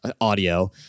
audio